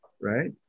right